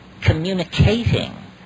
communicating